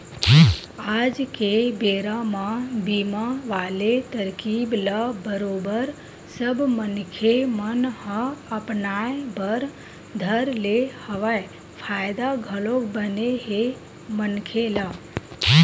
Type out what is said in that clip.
आज के बेरा म बीमा वाले तरकीब ल बरोबर सब मनखे मन ह अपनाय बर धर ले हवय फायदा घलोक बने हे मनखे ल